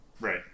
Right